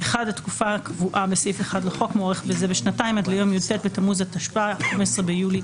בתוקף סמכותי לפי סעיף 3 לחוק חוק חובת המכרזים (תיקון מס' 24 - הוראת